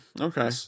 okay